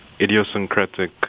idiosyncratic